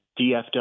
DFW